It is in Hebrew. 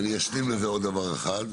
אני אשלים לזה עוד דבר אחד,